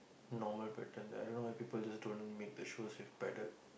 normal pattern that I don't know why people just don't make the shoes with padded